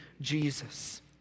Jesus